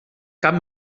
cap